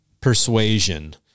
persuasion